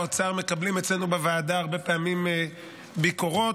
מקבלים אצלנו בוועדה הרבה פעמים ביקורות,